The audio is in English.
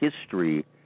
history